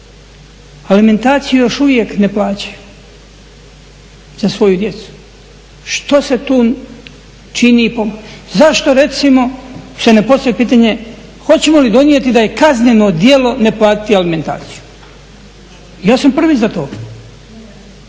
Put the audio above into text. alimentaciju još uvijek ne plaćaju za svoju djecu, što se tu čini, zašto recimo se ne postavi pitanje hoćemo li donijeti da je kazneno djelo ne platiti alimentaciju? Ja sam prvi za to.